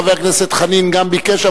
גם חבר הכנסת חנין ביקש,